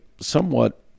somewhat